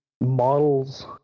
models